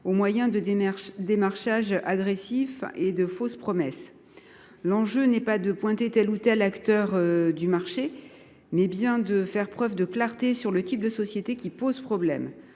au moyen de démarchages agressifs et de fausses promesses. L’enjeu est non pas de pointer tel ou tel acteur du marché, mais bien de faire preuve de clarté sur le type de sociétés qui posent problème